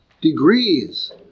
degrees